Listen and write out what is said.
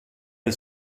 del